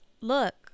Look